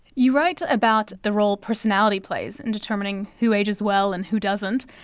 you write about the role personality plays in determining who age as well and who doesn't.